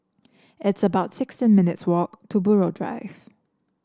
it's about sixteen minutes' walk to Buroh Drive